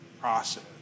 Process